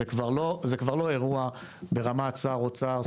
זה כבר לא אירוע ברמת שר אוצר,